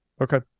Okay